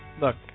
Look